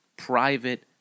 private